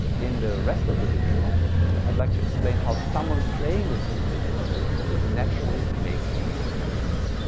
in the rest of the video i'd like to explain how someone playing with the euclidean algorithm could naturally make these connections.